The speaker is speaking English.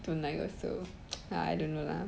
don't like also lah I don't know lah